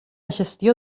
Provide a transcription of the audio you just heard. gestió